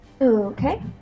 Okay